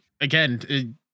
again